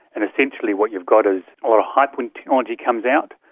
and essentially what you've got is a lot of hype when technology comes out,